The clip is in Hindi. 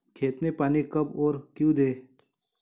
खेत में पानी कब और क्यों दें?